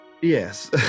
Yes